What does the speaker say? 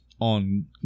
on